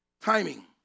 Timing